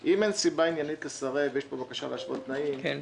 סיבה עניינית לבוא ולהגיד שיש טעות מהותית באחד הסעיפים,